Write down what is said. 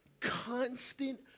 constant